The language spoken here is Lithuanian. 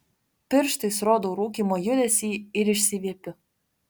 pirštais rodau rūkymo judesį ir išsiviepiu